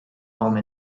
home